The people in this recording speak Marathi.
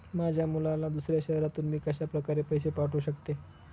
माझ्या मुलाला दुसऱ्या शहरातून मी कशाप्रकारे पैसे पाठवू शकते?